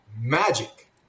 magic